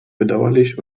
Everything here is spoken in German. bedauerlich